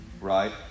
Right